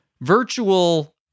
virtual